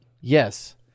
Yes